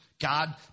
God